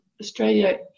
Australia